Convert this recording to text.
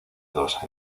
dos